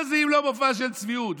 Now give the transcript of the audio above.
מה זה, אם לא מופע של צביעות?